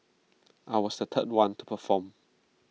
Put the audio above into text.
I was the third one to perform